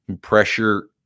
pressure